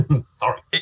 Sorry